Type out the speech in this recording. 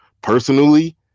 personally